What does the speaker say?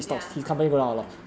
ya mm